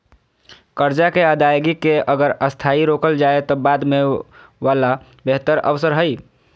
कर्जा के अदायगी के अगर अस्थायी रोकल जाए त बाद वला में बेहतर अवसर हइ